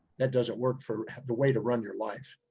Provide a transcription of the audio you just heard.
that doesn't work for the way to run your life.